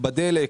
בדלק.